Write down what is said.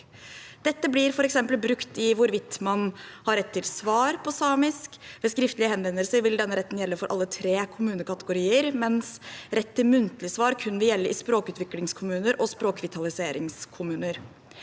Dette blir f.eks. brukt når det gjelder hvorvidt man har rett til svar på samisk. Ved skriftlige henvendelser vil denne retten gjelde for alle tre kommunekategorier, mens rett til muntlig svar kun vil gjelde i språkutviklingskommuner og språkvitaliseringskommuner.